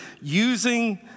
using